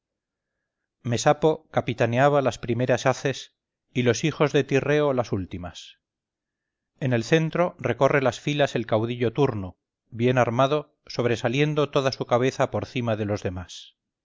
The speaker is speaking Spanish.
mesapo capitanea las primeras haces y los hijos de tirreo las últimas en el centro recorre las filas el caudillo turno bien armado sobresaliendo toda su cabeza por cima de los demás